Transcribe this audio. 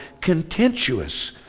contentious